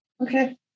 Okay